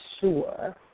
sure